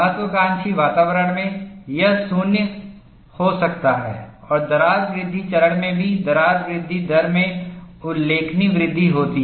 महत्वाकांक्षी वातावरण में यह 0 हो सकता है और दरार वृद्धि चरण में भी दरार वृद्धि दर में उल्लेखनीय वृद्धि होती है